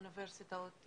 אוניברסיטאות,